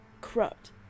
corrupt